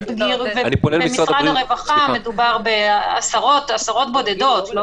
ובמשרד הרווחה מדובר בעשרות בודדות.